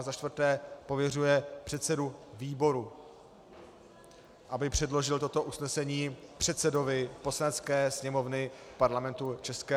za čtvrté pověřuje předsedu výboru, aby předložil toto usnesení předsedovi Poslanecké sněmovny Parlamentu ČR.